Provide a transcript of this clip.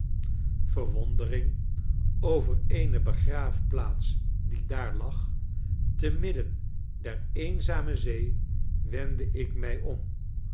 verwondering over eene begraafplaats die daar lag te midden der eenzame zee wendde ik mij om